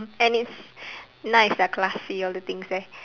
and it's nice lah classy all the things there